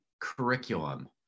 curriculum